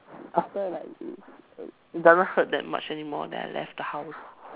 after like like it it doesn't hurt that much anymore then I left the house